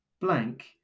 blank